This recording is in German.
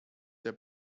der